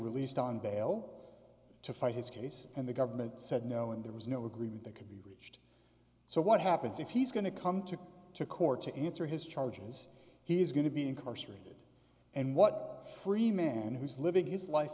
released on bail to fight his case and the government said no and there was no agreement that could be so what happens if he's going to come to to court to answer his charges he is going to be incarcerated and what free man who's living his life